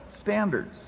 standards